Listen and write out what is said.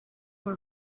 for